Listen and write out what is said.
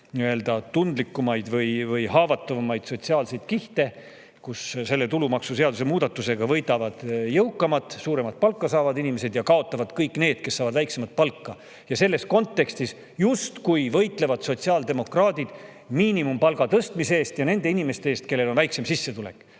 tundlikumaid või haavatavamaid sotsiaalseid kihte. Aga selle tulumaksuseaduse muudatusega võidavad jõukamad, suuremat palka saavad inimesed, ja kaotavad kõik need, kes saavad väiksemat palka. Ja selles kontekstis sotsiaaldemokraadid justkui võitlevad miinimumpalga tõstmise eest ja nende inimeste eest, kellel on väiksem sissetulek.